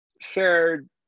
shared